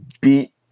beat